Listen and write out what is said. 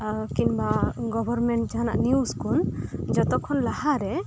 ᱠᱤᱝᱵᱟ ᱜᱚᱵᱷᱚᱨᱢᱮᱱᱴ ᱡᱟᱦᱟᱸᱱᱟᱜ ᱱᱤᱭᱩᱡ ᱠᱚ ᱡᱚᱛᱚ ᱠᱷᱚᱱ ᱞᱟᱦᱟᱨᱮ